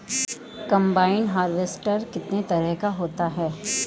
Combine harvester कितने तरह का होता है?